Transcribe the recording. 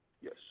Yes